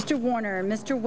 mr warner mr